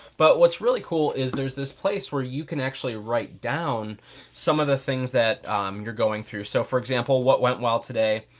but what's really cool is there's this place where you can actually write down some of the things that you're going through. so, for example, what went well today?